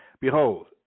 Behold